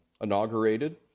inaugurated